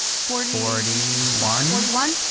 forty forty one forty one.